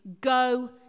Go